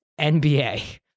NBA